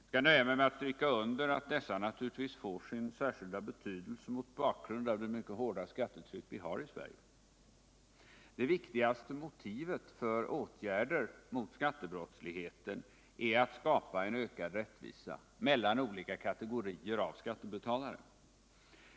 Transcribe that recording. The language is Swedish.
Jag skall nöja mig med att stryka under att dessa naturligtvis får sin särskilda betydelse mot bakgrund av det mycket hårda skattetryck som vi har i Sverige. Det viktigaste motivet för åtgärder mot skattebrottsligheten är att skapa en ökad rättvisa mellan olika kategorier av skattebetalare.